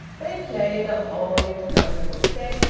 they played a whole interminable set,